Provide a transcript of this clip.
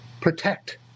protect